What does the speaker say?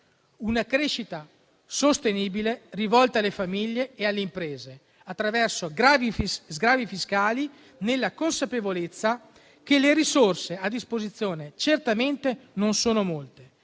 una crescita sostenibile rivolta alle famiglie e alle imprese attraverso sgravi fiscali, nella consapevolezza che le risorse a disposizione certamente non sono molte,